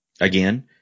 again